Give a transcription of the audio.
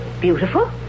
Beautiful